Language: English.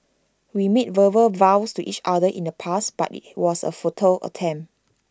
we made verbal vows to each other in the past but IT was A futile attempt